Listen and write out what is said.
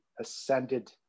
ascended